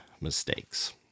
mistakes